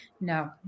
No